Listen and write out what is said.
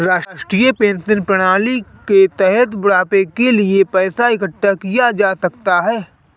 राष्ट्रीय पेंशन प्रणाली के तहत बुढ़ापे के लिए पैसा इकठ्ठा किया जा सकता है